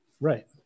Right